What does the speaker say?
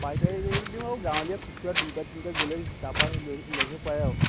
পাইকাৰী ৰেটত দিওঁ আৰু গাঁৱলীয়া খুচুৰা দুটা তিনিটা গ'লে তাপা লৈ লৈ আহিব পাৰে আৰু